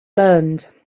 learned